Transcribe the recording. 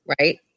right